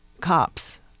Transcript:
cops